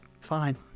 fine